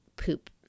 poop